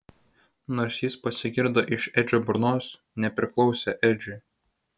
nors jis pasigirdo iš edžio burnos nepriklausė edžiui